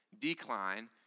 decline